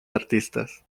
artistas